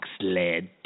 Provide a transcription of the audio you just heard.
sled